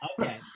Okay